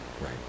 Right